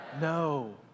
No